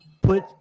put